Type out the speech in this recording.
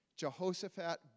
Jehoshaphat